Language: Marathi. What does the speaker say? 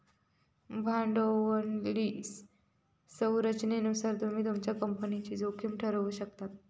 भांडवली संरचनेनुसार तुम्ही तुमच्या कंपनीची जोखीम ठरवु शकतास